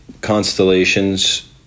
constellations